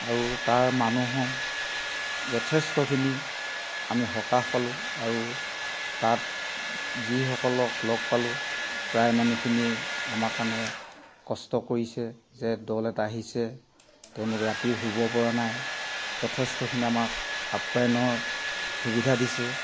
আৰু তাৰ মানুহ যথেষ্টখিনি আমি সকাহ পালোঁ আৰু তাত যিসকলক লগ পালোঁ প্ৰায় মানুহখিনি আমাৰ কাৰণে কষ্ট কৰিছে যে দল এটা আহিছে তেওঁলোক ৰাতি শুব পৰা নাই যথেষ্টখিনি আমাক আপ্যায়নৰ সুবিধা দিছে